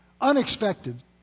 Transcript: Unexpected